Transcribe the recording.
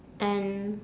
and